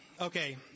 Okay